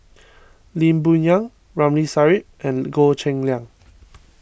Lee Boon Yang Ramli Sarip and Goh Cheng Liang